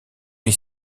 est